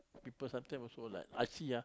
people sometimes also like I see ah